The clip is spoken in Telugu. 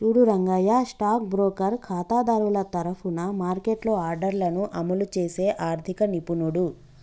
చూడు రంగయ్య స్టాక్ బ్రోకర్ ఖాతాదారుల తరఫున మార్కెట్లో ఆర్డర్లను అమలు చేసే ఆర్థిక నిపుణుడు